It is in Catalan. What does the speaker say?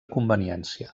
conveniència